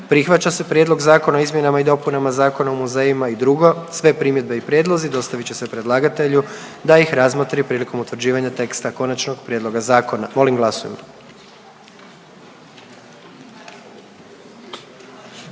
Prihvaća se Prijedlog Zakona o dostavi sudskih pismena; i 2. Sve primjedbe i prijedlozi dostavit će se predlagatelju da ih razmotri prilikom utvrđivanja teksta konačnog prijedloga zakona. Molim glasujmo.